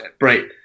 right